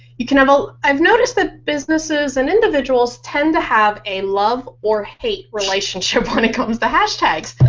you can. i've ah i've noticed that businesses and individuals tend to have a love or hate relationship when it comes to hashtags.